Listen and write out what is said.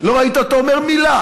לא ראית אותו אומר מילה.